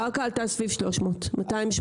הקרקע עלתה סביב 280 - 300.